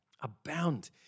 Abound